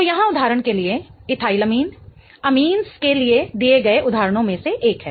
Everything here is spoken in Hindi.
तो यहाँ उदाहरण के लिए एथिलमाइन अमीनस के लिए दिए गए उदाहरणों में से एक है